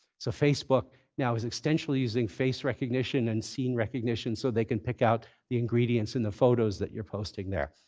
so facebook now is essentially using face recognition and scene recognition so they can pick out the ingredients in the photos that you're posting there.